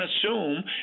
assume